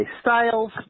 Styles